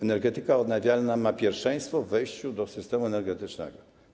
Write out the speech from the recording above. Energetyka odnawialna ma pierwszeństwo w wejściu do systemu energetycznego.